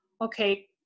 okay